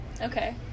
Okay